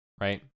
right